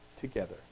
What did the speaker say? together